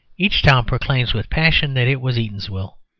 each town proclaims with passion that it was eatanswill.